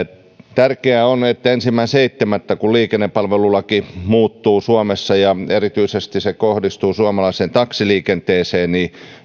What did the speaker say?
tärkeää on että ensimmäinen seitsemättä kun liikennepalvelulaki muuttuu suomessa ja erityisesti se kohdistuu suomalaiseen taksiliikenteeseen